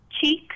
cheek